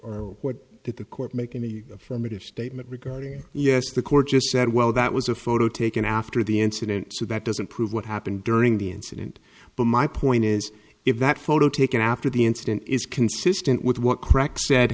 or what that the court make any affirmative statement regarding yes the court just said well that was a photo taken after the incident so that doesn't prove what happened during the incident but my point is if that photo taken after the incident is consistent with what crack said